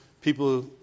people